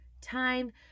time